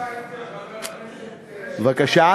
תקרא את זה, חבר הכנסת, בבקשה?